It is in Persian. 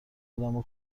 آدمو